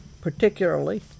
particularly